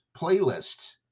playlist